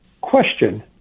question